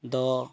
ᱫᱚ